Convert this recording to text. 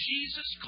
Jesus